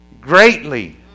greatly